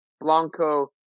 Blanco